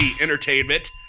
Entertainment